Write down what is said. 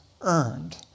earned